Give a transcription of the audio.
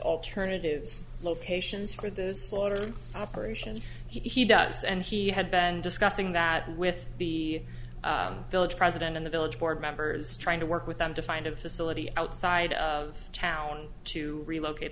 alternative locations for those water operations he does and he had been discussing that with the village president in the village board members trying to work with them to find of facility outside of town to relocate